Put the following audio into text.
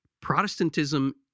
Protestantism